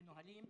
בנהלים,